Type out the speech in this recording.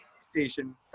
station